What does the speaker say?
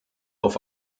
auf